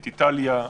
את איטליה.